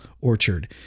orchard